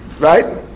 right